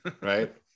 Right